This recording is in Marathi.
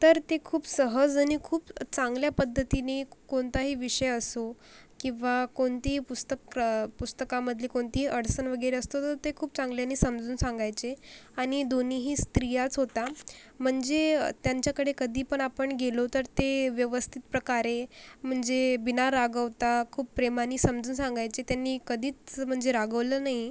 तर ते खूप सहज आणि खूप चांगल्या पद्धतीने कोणताही विषय असो किंवा कोणतीही पुस्तक पुस्तकामधली कोणतीही अडचण वगैरे असतो तो ते खूप चांगल्याने समजून सांगायचे आणि दोन्हीही स्त्रियाच होत्या म्हणजे त्यांच्याकडे कधी पण आपण गेलो तर ते व्यवस्थित प्रकारे म्हणजे बिना रागवता खूप प्रेमाने समजून सांगायचे त्यांनी कधीच म्हणजे रागवलं नाही